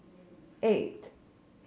eight